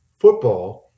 FOOTBALL